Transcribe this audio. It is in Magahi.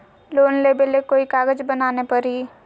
लोन लेबे ले कोई कागज बनाने परी?